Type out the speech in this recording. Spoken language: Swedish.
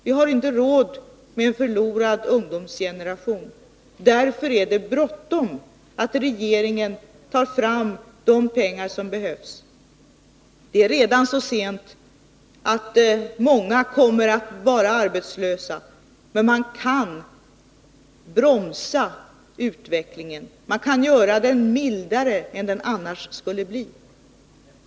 Vi har inte råd med en förlorad ungdomsgeneration. Därför är det bråttom att regeringen tar fram de pengar som behövs. Det är redan så sent att många kommer att vara arbetslösa, men man kan bromsa utvecklingen. Man kan göra den mildare än den annars skulle bli.